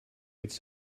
its